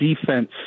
defense